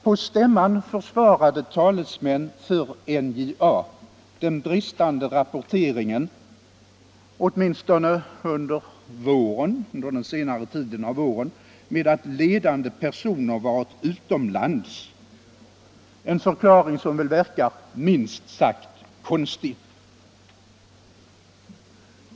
På stämman försvarade talesmän för NJA den bristande rapporteringen, åtminstone under senare delen av våren, med att ledande personer varit utomlands — en förklaring som väl verkar minst sagt konstig.